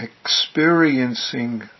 experiencing